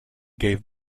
gave